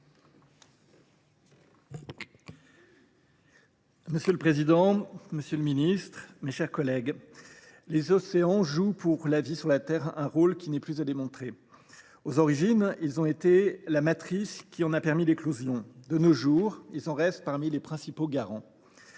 Monsieur le président, monsieur le ministre, mes chers collègues, les océans jouent pour la vie sur Terre un rôle qui n’est plus à démontrer : aux origines, ils ont été la matrice qui en a permis l’éclosion ; de nos jours, ils restent parmi ses principaux garants.